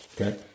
okay